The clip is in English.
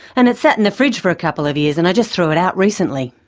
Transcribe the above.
and it sat in the fridge for a couple of years and i just threw it out recently.